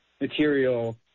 material